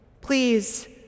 Please